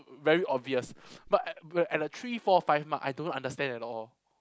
very obvious but at at a three four five mark I don't understand at all